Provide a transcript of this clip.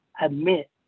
admit